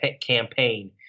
campaign